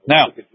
Now